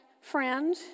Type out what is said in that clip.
friend